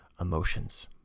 emotions